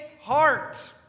heart